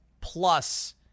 plus